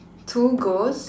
two ghosts